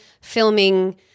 filming